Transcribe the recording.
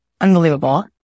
unbelievable